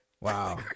Wow